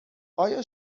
آیا